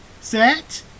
set